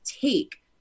take